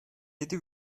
yedi